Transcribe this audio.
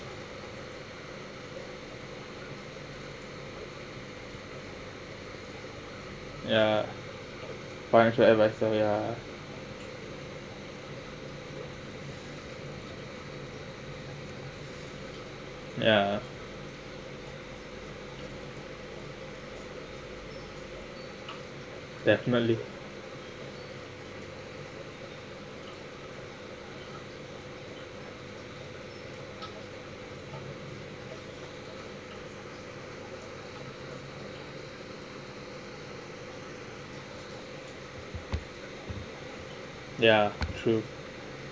ya financial advisor ya ya definitely ya true